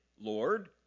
Lord